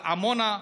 עמונה,